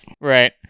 Right